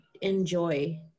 enjoy